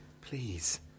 Please